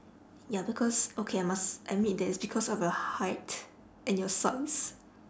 ya because okay I must admit that it's because of your height and your size